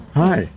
hi